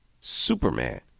Superman